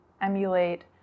emulate